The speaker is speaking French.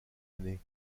année